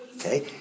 okay